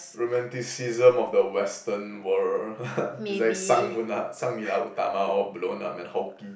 romanticism of the western world it's like Sang ula~ Sang-Nila-Utama all blown up man and hulky